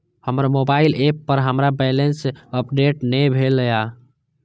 हमर mobile app पर हमर बैलेंस अपडेट ने भेल या